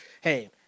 hey